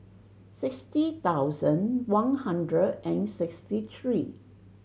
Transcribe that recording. sixty thousand one hundred and sixty three